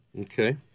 Okay